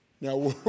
Now